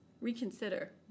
reconsider